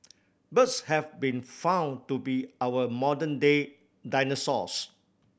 birds have been found to be our modern day dinosaurs